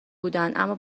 بودند، اما